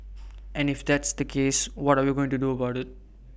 and if that's the case what are we going to do about IT